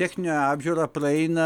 techninę apžiūrą praeina